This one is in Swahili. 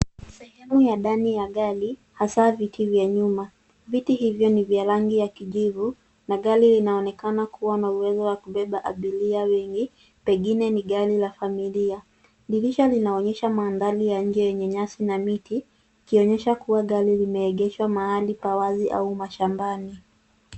Sehemu ya ndani ya gari hasa vitu vya nyuma. Viti hivyo ni vya rangi ya kijivu na gari linaonekana kuwa na uwezo wa kubeba abiria wengi. Pengine ni gari la familia. Dirisha linaonyesha mandhari ya nje yenye nyasi na miti ikionyesha kuwa gari limeegeshwa mahali pa wazi au mashambani.